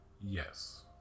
Yes